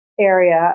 area